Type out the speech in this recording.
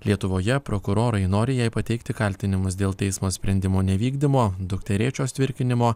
lietuvoje prokurorai nori jai pateikti kaltinimus dėl teismo sprendimo nevykdymo dukterėčios tvirkinimo